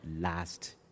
last